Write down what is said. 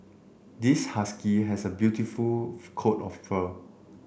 this husky has a beautiful coat of fur